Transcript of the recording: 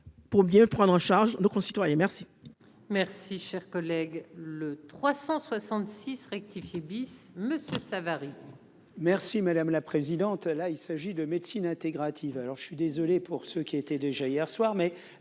pour mieux prendre en charge nos concitoyens merci.